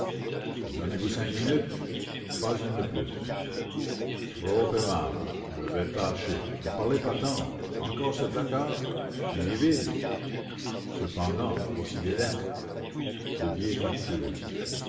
donnez-vous cinq minutes pas une de plus trop aimable je vais tâcher ne parlez pas tant encore ce placard mais il est vide cependant voici des lettres de vieilles factures